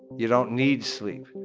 you don't need sleep.